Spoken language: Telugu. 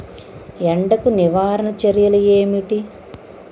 ఎండకు నివారణ చర్యలు ఏమిటి?